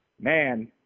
man